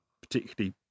particularly